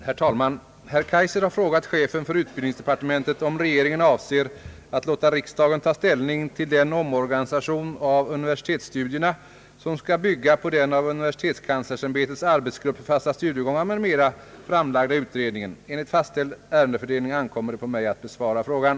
Herr talman! Herr Kaijser har frågat chefen för utbildningsdepartementet om regeringen avser att låta riksdagen taga ställning till den omorganisation av universitetsstudierna som skall bygga på den av universitetskanslersämbetets arbetsgrupp för fasta studiegångar m.m. framlagda utredningen. Enligt fastställd ärendefördelning ankommer det på mig att besvara frågan.